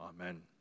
Amen